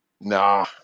Nah